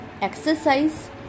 exercise